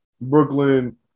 Brooklyn